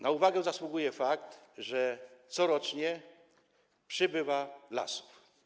Na uwagę zasługuje fakt, że corocznie przybywa lasów.